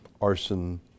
arson